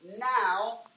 now